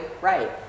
Right